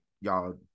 y'all